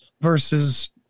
versus